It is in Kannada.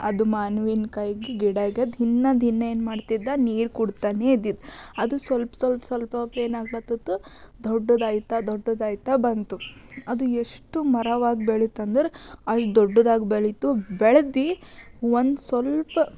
ಅದು ಮಾವಿನ ಕಾಯ್ಗೆ ಗಿಡಕ್ಕೆ ದಿನಾ ದಿನಾ ಏನು ಮಾಡ್ತಿದ್ದೆ ನೀರು ಕೊಡ್ತಾನೇ ಇದ್ದಿದ್ದೆ ಅದು ಸ್ವಲ್ಪ ಸ್ವಲ್ಪ ಸ್ವಲ್ಪಸ್ವಲ್ಪ ಏನಾಗ್ಲತ್ತಿತ್ತು ದೊಡ್ಡದಾಗ್ತಾ ದೊಡ್ಡದಾಗ್ತಾ ಬಂತು ಅದು ಎಷ್ಟು ಮರವಾಗಿ ಬೆಳಿತಂದ್ರೆ ಅಷ್ಟು ದೊಡ್ಡದಾಗಿ ಬೆಳೀತು ಬೆಳ್ದು ಒಂದು ಸ್ವಲ್ಪ